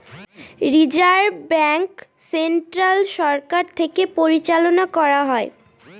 reserve bank central সরকার থেকে পরিচালনা করা হয়